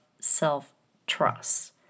self-trust